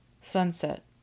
Sunset